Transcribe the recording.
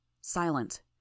silent